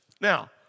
Now